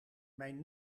mijn